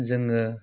जोङो